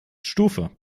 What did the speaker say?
stufe